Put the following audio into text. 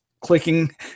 clicking